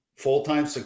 full-time